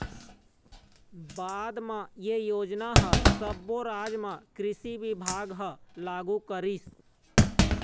बाद म ए योजना ह सब्बो राज म कृषि बिभाग ह लागू करिस